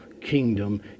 kingdom